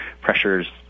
Pressure's